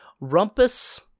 Rumpus